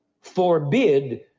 forbid